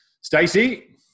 Stacey